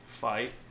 fight